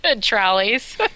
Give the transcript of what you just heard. Trolleys